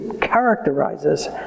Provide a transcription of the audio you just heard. characterizes